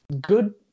good